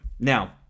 Now